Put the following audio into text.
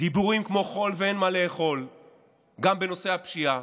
דיבורים כמו חול ואין מה לאכול גם בנושא הפשיעה,